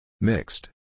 Mixed